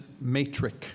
matrix